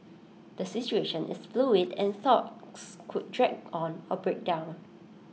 the situation is fluid and talks could drag on or break down